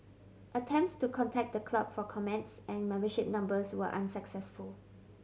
attempts to contact the club for comments and membership numbers were unsuccessful